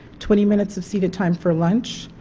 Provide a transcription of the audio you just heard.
twenty minutes of seated time for lunch,